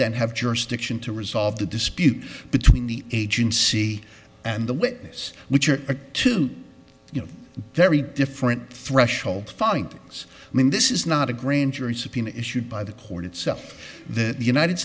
then have jurisdiction to resolve the dispute between the agencies and the witness which are two you know very different threshold following things i mean this is not a grand jury subpoena issued by the court itself the united